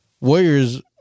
Warriors